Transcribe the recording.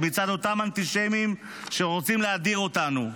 מצד אותם אנטישמים שרוצים להדיר אותנו.